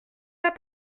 pas